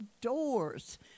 doors